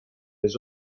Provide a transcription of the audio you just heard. his